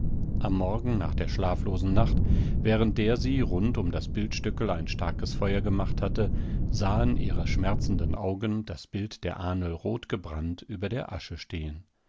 am morgen nach der schlaflosen nacht während der sie rund um das bildstöckl ein starkes feuer gemacht hatte sahen ihre schmerzenden augen das bild der ahnl rotgebrannt über der asche stehen